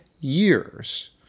years